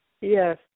Yes